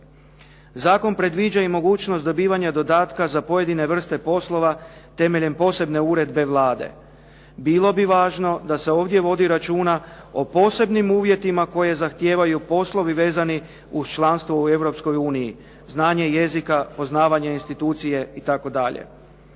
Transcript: Zakon predviđa i mogućnost dobivanja dodatka za pojedine vrste poslova temeljem posebne uredbe Vlade. Bilo bi važno da se ovdje vodi računa o posebnim uvjetima koje zahtijevaju poslovi vezani uz članstvo u Europskoj uniji, znanje jezika, poznavanje institucije itd..